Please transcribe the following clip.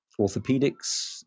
orthopedics